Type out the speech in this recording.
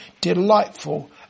delightful